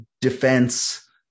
defense